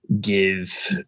give